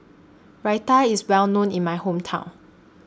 Raita IS Well known in My Hometown